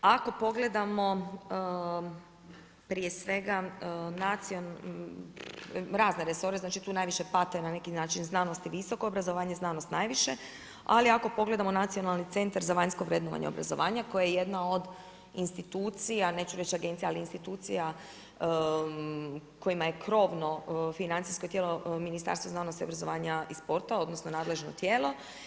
Ako pogledamo prije svega razne resore, znači tu najviše pate na neki način znanost i visoko obrazovanje, znanost najviše ali ako pogledamo nacionalni centar za vanjsko vrednovanje obrazovanja koje je jedna od institucija neću reći agencija, ali institucija kojima je krovno financijsko tijelo Ministarstvo znanosti i obrazovanja i sporta, odnosno nadležno tijelo.